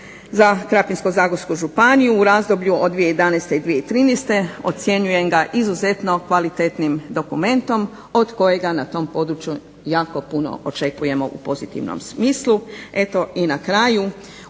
za Krapinsko-zagorsku županiju u razdoblju od 2011. i 2013. Ocjenjujem ga izuzetno kvalitetnim dokumentom od kojega na tom području jako puno očekujemo u pozitivnom smislu. Eto i na kraju